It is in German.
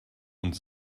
und